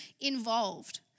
involved